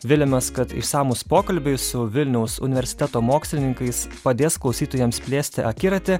viliamės kad išsamūs pokalbiai su vilniaus universiteto mokslininkais padės klausytojams plėsti akiratį